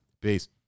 Peace